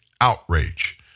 outrage